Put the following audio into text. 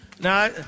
now